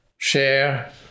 Share